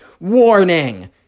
warning